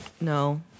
no